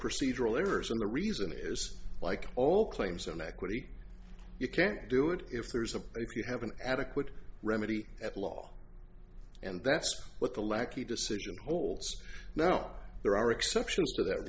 procedural errors and the reason is like all claims on equity you can't do it if there's a if you have an adequate remedy at law and that's what the lackey decision holds now there are exceptions to that